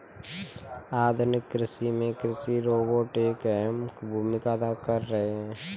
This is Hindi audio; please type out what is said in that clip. आधुनिक कृषि में कृषि रोबोट एक अहम भूमिका अदा कर रहे हैं